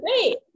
great